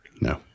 No